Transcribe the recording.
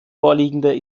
vorliegende